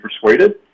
persuaded